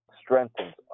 strengthens